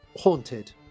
haunted